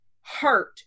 hurt